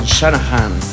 Shanahan